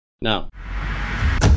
Now